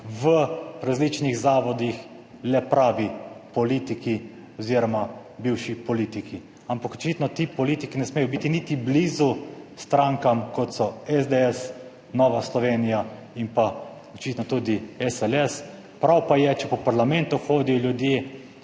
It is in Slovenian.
v različnih zavodih le pravi politiki oziroma bivši politiki. Ampak očitno ti politiki ne smejo biti niti blizu strankam, kot so SDS, Nova Slovenija in pa očitno tudi SLS. Prav pa je, če po parlamentu hodijo ljudje,